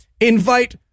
Invite